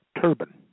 Turban